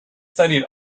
studied